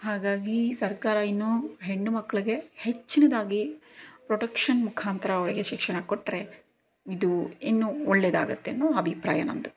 ಹಾಗಾಗಿ ಸರ್ಕಾರ ಇನ್ನು ಹೆಣ್ಣುಮಕ್ಕಳಿಗೆ ಹೆಚ್ಚಿನದಾಗಿ ಪ್ರೊಟಕ್ಷನ್ ಮುಖಾಂತರ ಅವರಿಗೆ ಶಿಕ್ಷಣ ಕೊಟ್ಟರೆ ಇದು ಇನ್ನೂ ಒಳ್ಳೆಯದಾಗತ್ತೆ ಅನ್ನೋ ಅಭಿಪ್ರಾಯ ನಂದು